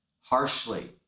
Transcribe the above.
harshly